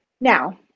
Now